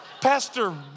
pastor